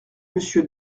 monsieur